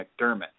McDermott